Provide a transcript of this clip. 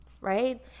right